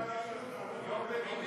טרומית, טרומית.